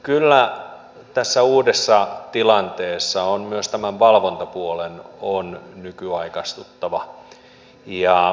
kyllä tässä uudessa tilanteessa myös tämän valvontapuolen on nykyaikaistuttava